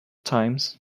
times